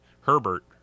Herbert